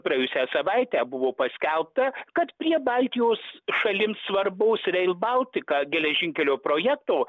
praėjusią savaitę buvo paskelbta kad prie baltijos šalims svarbaus reil baltika geležinkelio projekto